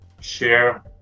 share